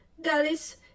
Dallas